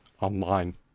online